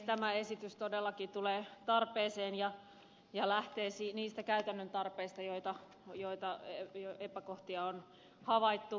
tämä esitys todellakin tulee tarpeeseen ja lähtee niistä käytännön tarpeista kun epäkohtia on havaittu